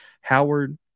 Howard